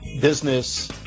business